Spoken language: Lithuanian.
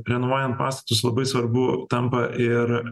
renovuojant pastatus labai svarbu tampa ir